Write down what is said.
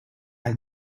have